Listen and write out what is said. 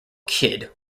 kidd